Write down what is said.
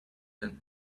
tenth